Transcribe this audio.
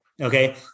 Okay